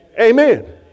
Amen